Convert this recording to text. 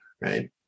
Right